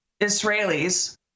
Israelis